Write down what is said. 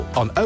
on